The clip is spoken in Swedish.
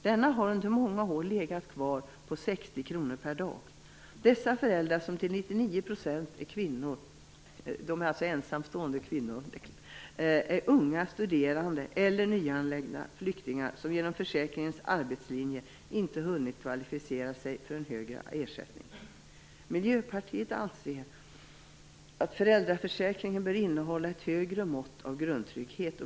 Denna har legat kvar på 60 kr per dag under många år. Dessa föräldrar, som till 99 % är ensamstående kvinnor, är unga, studerande eller nyanlända flyktingar som genom försäkringens arbetslinje inte hunnit kvalificera sig för en högre ersättning. Miljöpartiet anser att föräldraförsäkringen bör innehålla ett högre mått av grundtrygghet.